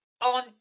on